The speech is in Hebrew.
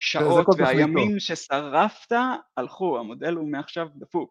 שעות והימים ששרפת הלכו, המודל הוא מעכשיו דפוק.